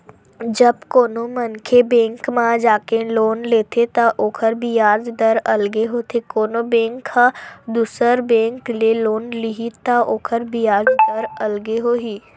जब कोनो मनखे बेंक म जाके लोन लेथे त ओखर बियाज दर अलगे होथे कोनो बेंक ह दुसर बेंक ले लोन लिही त ओखर बियाज दर अलगे होही